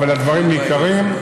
אבל הדברים ניכרים.